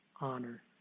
honor